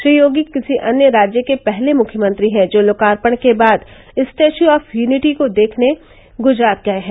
श्री योगी किसी अन्य राज्य के पहले मुख्यमंत्री हैं जो लोकार्पण के बाद स्टेच्यू ऑफ यूनिटी को देखने गुजरात गये हैं